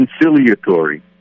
conciliatory